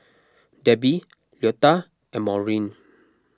Debbie Leota and Maureen